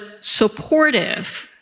supportive